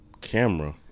Camera